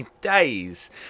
days